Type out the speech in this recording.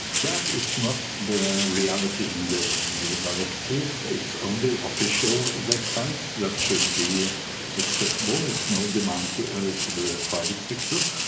that is not the reality in the eu directive, it's only official websites that should be accessible, there's no demand to to the private sector.